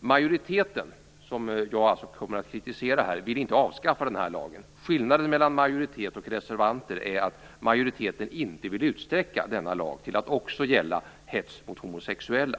Majoriteten, som jag alltså kommer att kritisera här, vill inte avskaffa den här lagen. Skillnaden mellan majoritet och reservanter är att majoriteten inte vill utsträcka denna lag till att också gälla hets mot homosexuella.